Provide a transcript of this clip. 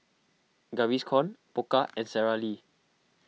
Gaviscon Pokka and Sara Lee